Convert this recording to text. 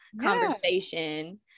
conversation